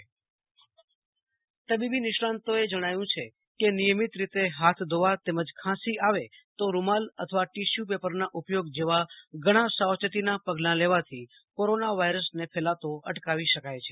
આસુતોષ અંતાણી તબીબી નિષ્ણાંતોએ જણાવ્યું છે કે નિયમિત રીતે હાથ ધોવા તેમજ ખાંસી આવે તો રૂમાલ અથવા ટીસ્યુ પેપરના ઉપયોગ જેવા ઘણા સાવચેતીના પગલા લેવાથી કોરોના વાયરસને ફેલાતો અટકાવી શકાય છે